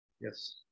Yes